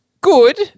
good